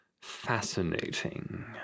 fascinating